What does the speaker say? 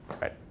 Right